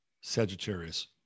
Sagittarius